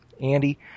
Andy